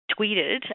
tweeted